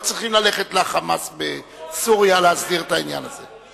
לא צריכים ללכת ל"חמאס" בסוריה כדי להסדיר את העניין הזה.